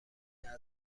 مسائل